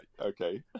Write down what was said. okay